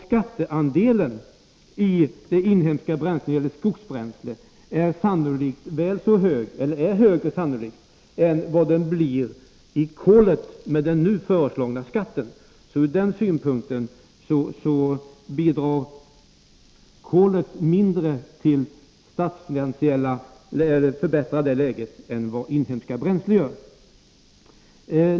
Skatteandelen när det gäller inhemska skogsbränslen är sannolikt högre än den blir i kolet med den nu föreslagna skatten. Från den synpunkten bidrar kolet mindre till att förbättra det statsfinansiella läget än inhemska bränslen gör.